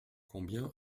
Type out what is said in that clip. combien